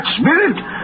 spirit